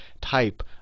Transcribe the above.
type